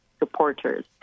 supporters